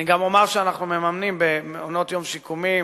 אני גם אומר שאנחנו מממנים במעונות יום שיקומיים